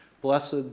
Blessed